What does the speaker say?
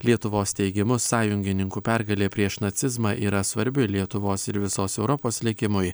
lietuvos teigimu sąjungininkų pergalė prieš nacizmą yra svarbi lietuvos ir visos europos likimui